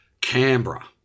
Canberra